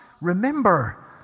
remember